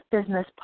business